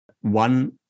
one